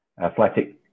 athletic